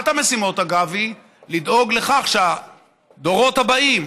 ואחת המשימות, אגב, היא לדאוג לכך שהדורות הבאים